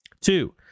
Two